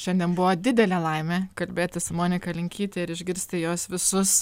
šiandien buvo didelė laimė kalbėti su monika linkyte ir išgirsti jos visus